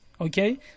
Okay